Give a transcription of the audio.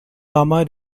gamma